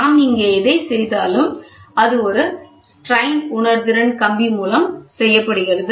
நாம் இங்கே எதைச் செய்தாலும் அது ஒரு திரிபு உணர்திறன் கம்பி மூலம் செய்யப்படுகிறது